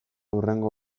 hurrengo